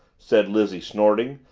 said lizzie snorting,